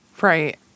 Right